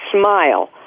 smile